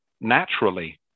naturally